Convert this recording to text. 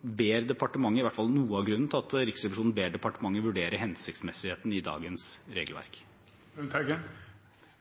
ber departementet vurdere hensiktsmessigheten i dagens regelverk.